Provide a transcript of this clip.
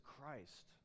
Christ